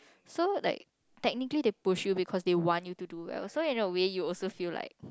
so like technically they push you because they want you to do well so in a way you also feel like